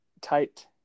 tight